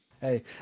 Hey